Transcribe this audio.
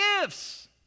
gifts